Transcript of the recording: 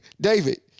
david